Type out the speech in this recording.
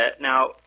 Now